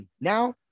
now